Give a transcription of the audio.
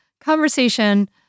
conversation